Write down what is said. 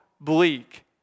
bleak